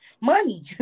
money